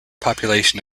population